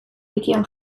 wikian